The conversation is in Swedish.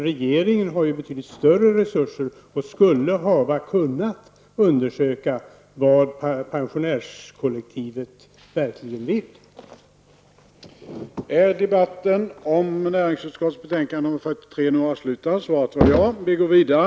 Regeringen har betydligt större resurser och skulle ha kunnat undersöka vad pensionärskollektivet verkligen vill.